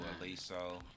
Aliso